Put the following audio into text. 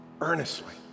earnestly